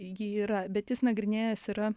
ji yra bet jis nagrinėjęs yra